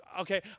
Okay